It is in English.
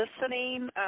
listening